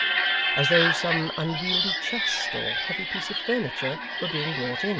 as though some unwieldy chest or heavy piece of furniture were being brought in,